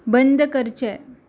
बंद करचें